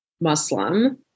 muslim